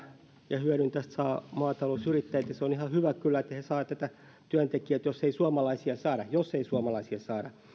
ja hyödyn tästä saa maatalousyrittäjät ja on ihan hyvä kyllä että he saavat työntekijät jos ei suomalaisia saada jos ei suomalaisia saada